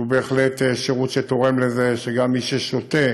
שהוא בהחלט שירות שתורם לזה שגם מי ששותה